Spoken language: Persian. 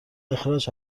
اخراج